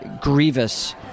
grievous